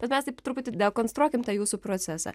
bet mes taip truputį dekonstruokim tą jūsų procese